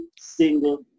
single